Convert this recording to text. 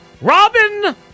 Robin